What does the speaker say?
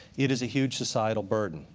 it is a huge societal burden,